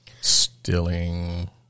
Stealing